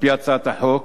על-פי הצעת החוק,